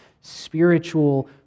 spiritual